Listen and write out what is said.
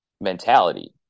mentality